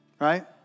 right